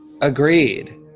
Agreed